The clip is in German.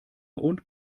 und